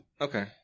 Okay